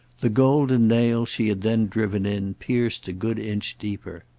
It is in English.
the golden nail she had then driven in pierced a good inch deeper.